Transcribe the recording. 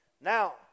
now